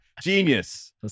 genius